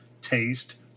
taste